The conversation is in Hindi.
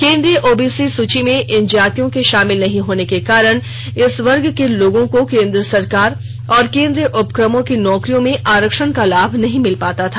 केन्द्रीय ओबीसी सुची में इन जातियों के शामिल नहीं होने के कारण इन वर्ग के लोगों को केन्द्र सरकार और केन्द्रीय उपकमों की नौकरियों में आरक्षण का लाभ नहीं मिल पाता था